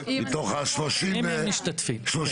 מתוך 36 חברים.